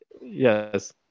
Yes